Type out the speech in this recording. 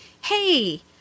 Hey